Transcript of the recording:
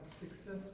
successful